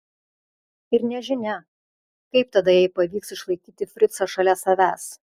ir nežinia kaip tada jai pavyks išlaikyti fricą šalia savęs